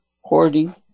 Hoarding